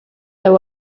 there